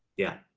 yeah,